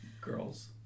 Girls